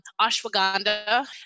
ashwagandha